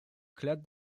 clade